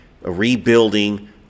rebuilding